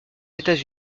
états